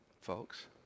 folks